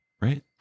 right